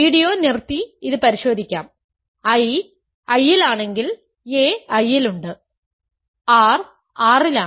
video നിർത്തി ഇത് പരിശോധിക്കാം I I ലാണെങ്കിൽ a I ലുണ്ട് r R ലാണ്